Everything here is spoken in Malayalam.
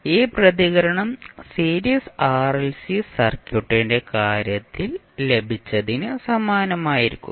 ഈ പ്രതികരണം സീരീസ് ആർഎൽസി സർക്യൂട്ടിന്റെ കാര്യത്തിൽ ലഭിച്ചതിന് സമാനമായിരിക്കും